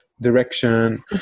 direction